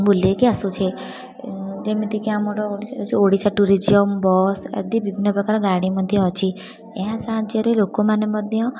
ବୁଲେଇକି ଆସୁଛେ ଯେମିତି କି ଆମର ଓଡ଼ିଶା ଓଡ଼ିଶା ଟୁରିଜିୟମ୍ ବସ୍ ଆଦି ବିଭିନ୍ନ ପ୍ରକାର ଗାଡ଼ି ମଧ୍ୟ ଅଛି ଏହା ସାହାଯ୍ୟରେ ଲୋକମାନେ ମଧ୍ୟ